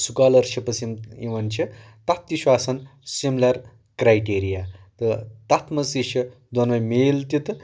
scholarships یِم یِوان چھِ تَتھ تہِ چھُ آسان سِمِلَر کرٛایٹیٖرِیا تہٕ تَتھ منٛز تہِ چھِ دۄنوَے میل تہِ تہٕ